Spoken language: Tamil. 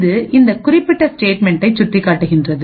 இது இந்த குறிப்பிட்ட ஸ்டேட்மென்ட்டைசுட்டிக் காட்டுகின்றது